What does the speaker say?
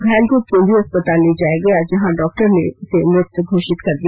घायल को केंद्रीय अस्पताल ले जाया गया जहां डॉक्टर ने मृत घोषित कर दिया